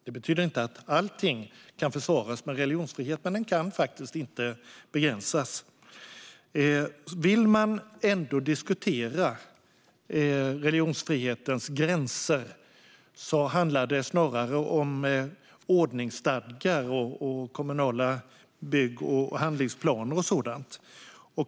Det betyder inte att allt kan försvaras med religionsfrihet, men den kan faktiskt inte begränsas. Om man ändå vill diskutera religionsfrihetens gränser handlar det snarare om ordningsstadgar, kommunala bygg och handlingsplaner och sådant.